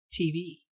TV